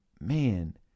man